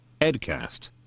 EdCast